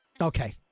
Okay